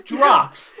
Drops